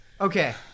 Okay